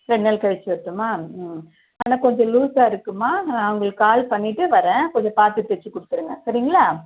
ரெண்டு நாள் கழித்து வரட்டுமா ம் ஆனால் கொஞ்சம் லூசாக இருக்கும்மா நான் உங்களுக்கு கால் பண்ணிவிட்டு வரேன் கொஞ்சம் பார்த்து தைத்து கொடுத்துருங்க சரிங்களா